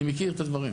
אני מכיר את הדברים.